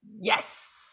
Yes